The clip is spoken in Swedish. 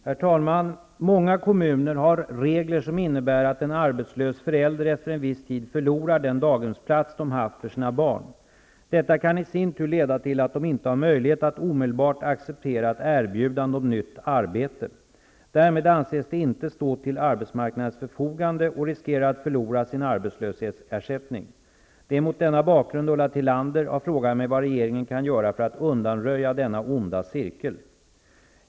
Herr talman! Många kommuner har regler som innebär att en arbetslös förälder efter en viss tid förlorar den daghemsplats man haft för sina barn. Detta kan i sin tur leda till att man inte har möjlighet att omedelbart acceptera ett erbjudande om nytt arbete. Därmed anses man inte stå till arbetsmarknadens förfogande och riskerar att förlora sin arbetslöshetsersättning. Det är mot denna bakgrund Ulla Tillander frågat mig vad regeringen kan göra för att undanröja denna onda cirkel.